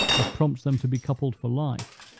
as prompts them to be coupled for life.